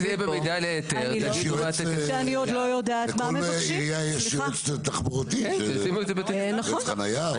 יש יועץ לכל עירייה יש יועץ תחבורתי, יועץ חניה.